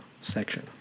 section